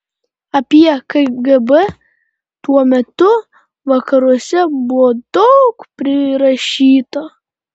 apie kgb tuo metu vakaruose buvo daug prirašyta